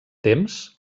temps